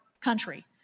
country